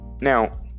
Now